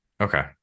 okay